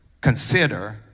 consider